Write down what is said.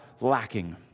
lacking